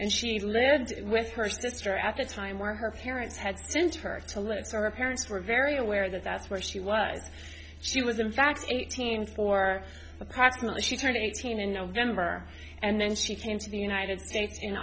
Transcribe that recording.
and she lived with her sister at the time where her parents had sent her to live it's our parents were very aware that that's where she was she was in fact eighteen for approximately she turned eighteen in november and then she came to the united states in